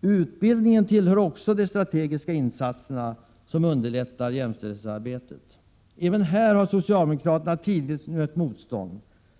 Utbildningen tillhör också de strategiska insatserna som underlättar jämställdhetsarbetet. Även här har socialdemokraterna tidvis mött motstånd.